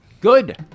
Good